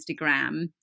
Instagram